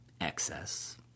Excess